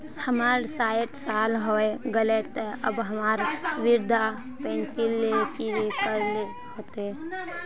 हमर सायट साल होय गले ते अब हमरा वृद्धा पेंशन ले की करे ले होते?